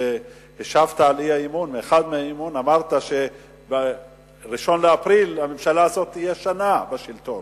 כשהשבת על האי-אמון אמרת שב-1 באפריל הממשלה הזאת תהיה שנה בשלטון,